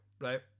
right